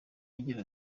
agira